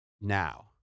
now